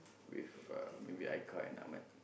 with uh maybe Haikal and Ahmad